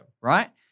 Right